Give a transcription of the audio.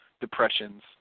depressions